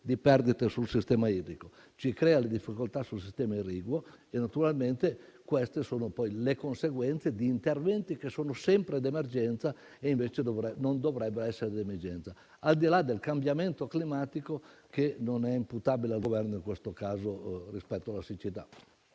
di perdite sul sistema idrico e ci crea difficoltà su questo sistema. Naturalmente queste sono poi le conseguenze di interventi che sono sempre di emergenza e invece non dovrebbero essere di emergenza. Al di là del cambiamento climatico, che non è imputabile al Governo, in questo caso rispetto alla siccità.